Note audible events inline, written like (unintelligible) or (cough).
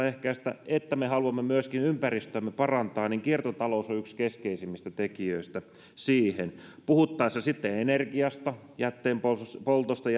(unintelligible) ehkäistä ilmastonmuutosta että me haluamme myöskin ympäristöämme parantaa niin kiertotalous on yksi keskeisimmistä tekijöistä siihen kun puhutaan energiasta jätteenpoltosta (unintelligible)